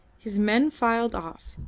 his men filed off,